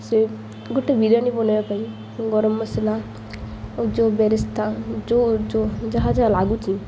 ସେ ଗୋଟେ ବିରିୟାନୀ ବନେଇବା ପାଇଁ ଗରମ ମସଲା ଓ ଯୋଉ ବେରସ୍ତା ଜୋ ଜୋ ଯାହା ଯାହା ଲାଗୁଛି